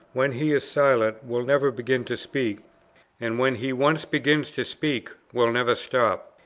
when he is silent, will never begin to speak and when he once begins to speak, will never stop.